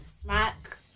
smack